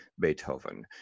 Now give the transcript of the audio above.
Beethoven